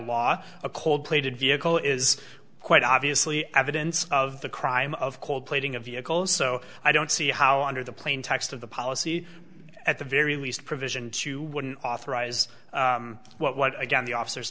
law a cold plated vehicle is quite obviously evidence of the crime of cold plating of vehicles so i don't see how under the plain text of the policy at the very least provision to wouldn't authorize what again the officers